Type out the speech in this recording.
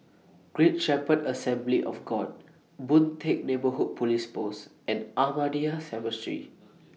Great Shepherd Assembly of God Boon Teck Neighbourhood Police Post and Ahmadiyya Cemetery